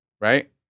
Right